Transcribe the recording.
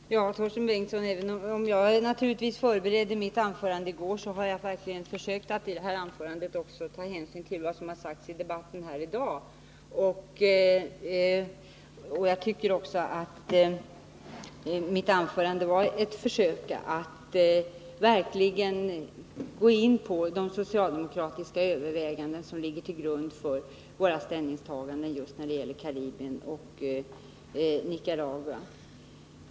Herr talman! Jag vill säga till Torsten Bengtson, att även om jag naturligtvis förberedde mitt anförande i går så försökte jag att i anförandet ta hänsyn till vad som har sagts i debatten här i dag. Jag försökte också att verkligen gå in på de socialdemokratiska överväganden som ligger till grund för våra ställningstaganden när det gäller Karibien och Nicaragua.